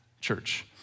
church